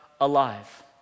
alive